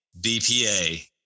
BPA